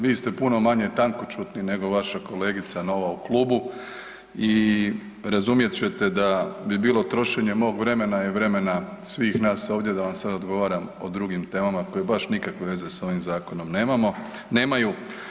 Vi ste puno manje tankoćutni nego vaša kolegica nova u klubu i razumjet ćete da bi bilo trošenje mog vremena i vremena svih nas ovdje da vam sada odgovaram o drugim temama koje baš nikakve veze s ovim zakonom nemaju.